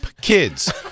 kids